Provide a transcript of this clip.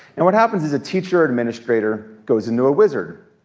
and what happens is a teacher or administrator goes into a wizard.